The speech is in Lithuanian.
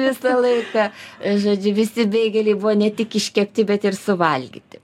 visą laiką žodžiu visi beigeliai buvo ne tik iškepti bet ir suvalgyti